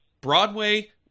Broadway